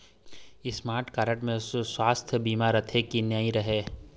Smart card म सुवास्थ बीमा रथे की नई रहे?